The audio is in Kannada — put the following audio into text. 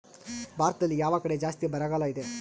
ಭಾರತದಲ್ಲಿ ಯಾವ ಕಡೆ ಜಾಸ್ತಿ ಬರಗಾಲ ಇದೆ?